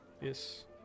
Yes